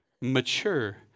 mature